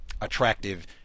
Attractive